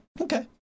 okay